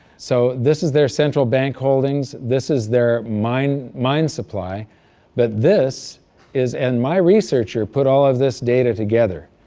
so this is their central bank holdings this is their mine mine supply but this is and my researcher put all of this data together.